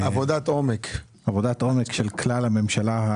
עבודת עומק של כלל הממשלה,